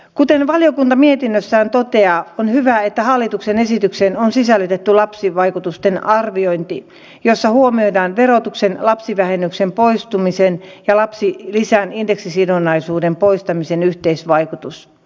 kuten valiokunta mietinnössään toteaa on hyvä että hallituksen esitykseen on sisällytetty lapsivaikutusten arviointi jossa huomioidaan verotuksen lapsivähennyksen poistumisen ja lapsilisän indeksisidonnaisuuden poistamisen yhteisvaikutus